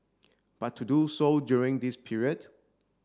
but to do so during this period